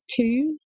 two